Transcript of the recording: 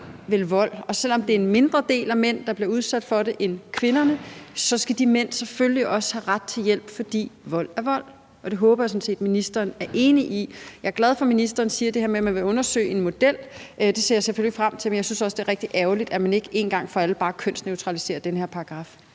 og selv om det er en mindre del af mændene end af kvinderne, der bliver udsat for det, skal de mænd selvfølgelig også have ret til hjælp, fordi vold er vold. Det håber jeg sådan set ministeren er enig i. Jeg er glad for, at ministeren siger det her med, at man vil undersøge en model, og det ser jeg selvfølgelig frem til, men jeg synes også, det er rigtig ærgerligt, at man ikke en gang for alle bare kønsneutraliserer den her paragraf.